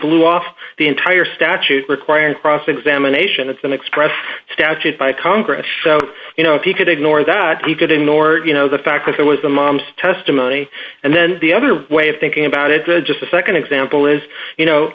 blew off the entire statute requires cross examination it's an express statute by congress so you know if he could ignore that he could ignore you know the fact that that was the mom's testimony and then the other way of thinking about it just a nd example is you know